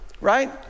right